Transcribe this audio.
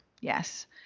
Yes